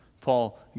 Paul